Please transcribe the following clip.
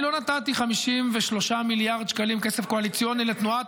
אני לא נתתי 53 מיליארד שקלים כסף קואליציוני לתנועת